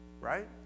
right